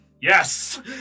Yes